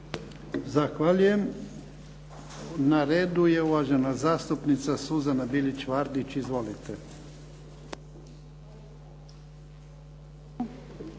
Zahvaljujem. Na redu je uvažena zastupnica Suzana Bilić Vardić, izvolite.